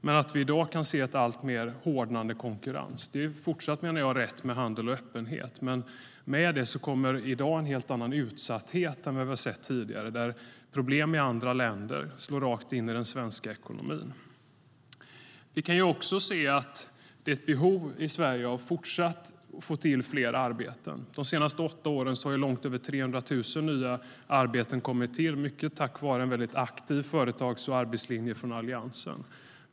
I dag kan vi dock se en alltmer hårdnande konkurrens. Det är fortsatt, menar jag, rätt med handel och öppenhet, men med det kommer i dag en helt annan utsatthet än vad vi har sett tidigare, där problem i andra länder slår rakt in i den svenska ekonomin. Vi kan också se att det finns ett fortsatt behov i Sverige av att skapa fler arbeten. De senaste åtta åren har långt över 300 000 nya arbeten kommit till, mycket tack vare en väldigt aktiv företags och arbetslinje från Alliansen.